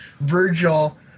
Virgil